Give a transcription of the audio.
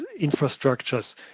infrastructures